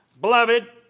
Beloved